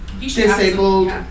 disabled